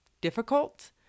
difficult